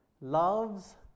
Loves